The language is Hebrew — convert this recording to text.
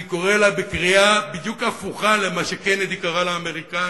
אני קורא לה בקריאה בדיוק הפוכה למה שקנדי קרא לאמריקנים.